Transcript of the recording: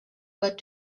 but